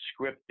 scripted